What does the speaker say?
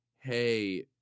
hey